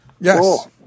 Yes